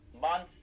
month